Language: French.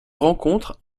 rencontre